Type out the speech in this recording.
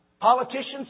Politicians